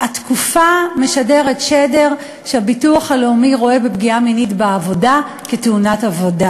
התקופה משדר שדר שהביטוח הלאומי רואה בפגיעה מינית בעבודה תאונת עבודה.